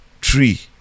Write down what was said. tree